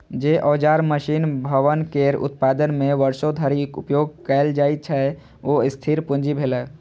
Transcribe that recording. जे औजार, मशीन, भवन केर उत्पादन मे वर्षों धरि उपयोग कैल जाइ छै, ओ स्थिर पूंजी भेलै